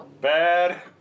Bad